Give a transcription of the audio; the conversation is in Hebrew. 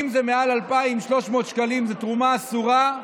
אם זה מעל 2,300 שקלים זו תרומה אסורה.